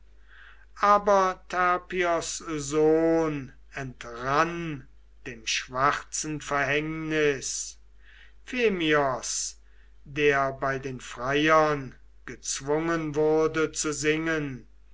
aber terpios sohn entrann dem schwarzen verhängnis phemios der bei den freiern gezwungen wurde zu singen